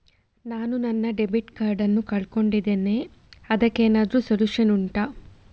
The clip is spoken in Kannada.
ನಾನು ನನ್ನ ಡೆಬಿಟ್ ಕಾರ್ಡ್ ನ್ನು ಕಳ್ಕೊಂಡಿದ್ದೇನೆ ಅದಕ್ಕೇನಾದ್ರೂ ಸೊಲ್ಯೂಷನ್ ಉಂಟಾ